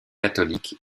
catholique